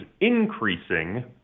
increasing